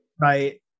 Right